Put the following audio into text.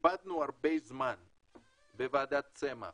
איבדנו הרבה זמן בוועדת צמח